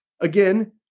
again